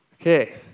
Okay